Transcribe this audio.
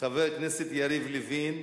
חבר הכנסת יריב לוין.